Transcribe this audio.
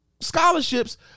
scholarships